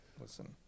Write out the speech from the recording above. Listen